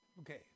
Okay